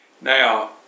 Now